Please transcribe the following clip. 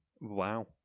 Wow